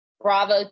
bravo